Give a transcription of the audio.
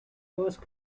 first